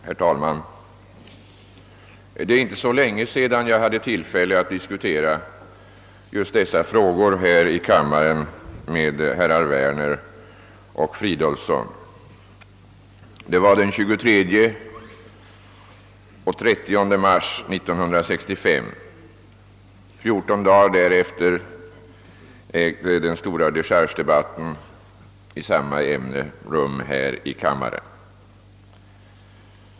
Herr talman! Det är inte så länge sedan jag hade tillfälle att diskutera just dessa frågor här i kammaren med herrar Werner och Fridolfsson i Stock holm — det var den 23 och 30 mars 1965. Fjorton dagar därefter ägde den stora dechargedebatten i samma ämne rum här i kammaren.